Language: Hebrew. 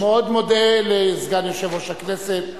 אני מאוד מודה לסגן יושב-ראש הכנסת,